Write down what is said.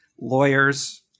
lawyers